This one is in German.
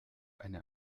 eine